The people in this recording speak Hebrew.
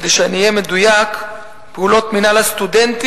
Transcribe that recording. כדי שאני אהיה מדויק, פעולות מינהל הסטודנטים,